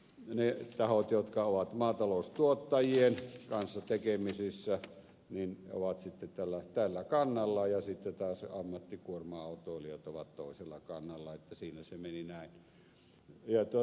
ne tahot jotka ovat maataloustuottajien kanssa tekemisissä ovat tällä kannalla ja sitten taas ammattikuorma autoilijat ovat toisella kannalla niin että siinä se meni näin